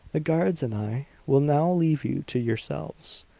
the guards and i will now leave you to yourselves.